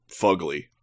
fugly